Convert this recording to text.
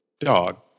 dog